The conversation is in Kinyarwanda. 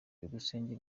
byukusenge